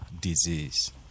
disease